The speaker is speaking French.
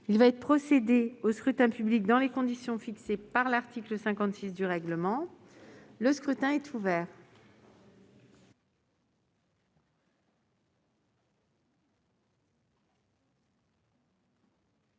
Il va être procédé au scrutin dans les conditions fixées par l'article 56 du règlement. Le scrutin est ouvert.